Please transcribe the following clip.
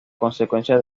consecuencia